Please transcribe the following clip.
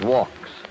Walks